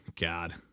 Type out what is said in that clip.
God